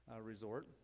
resort